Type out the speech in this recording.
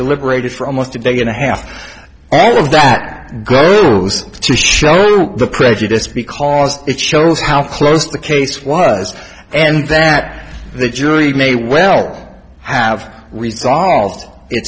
deliberated for almost a day and a half all of that goes to show you the prejudice because it shows how close the case was and that the jury may well have resolved it